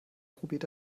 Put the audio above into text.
probiert